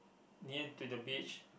near to the beach